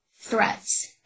threats